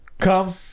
come